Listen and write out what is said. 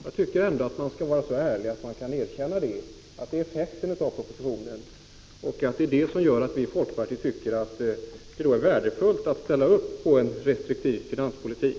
Jag tycker man skall vara så ärlig att man kan erkänna att det är en effekt av propositionen. Det är den som gör att vi i folkpartiet tycker att det skulle vara värdefullt att ställa upp för en restriktiv finanspolitik.